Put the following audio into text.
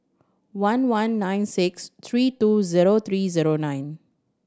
one one nine six three two zero three zero nine